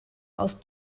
aus